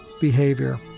behavior